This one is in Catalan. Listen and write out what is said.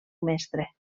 mestre